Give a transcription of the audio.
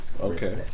Okay